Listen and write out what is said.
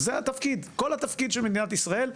זה התפקיד של מדינת ישראל,